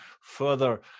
further